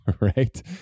right